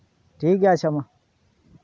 ᱴᱷᱤᱠ ᱜᱮᱭᱟ ᱟᱪᱪᱷᱟ ᱢᱟ